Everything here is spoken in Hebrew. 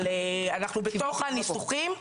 אבל אנחנו בתוך הניסוחים.